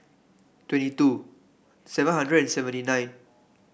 twenty two seven hundred and seventy nine